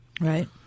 Right